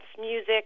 music